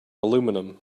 aluminium